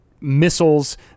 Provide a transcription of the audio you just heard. missiles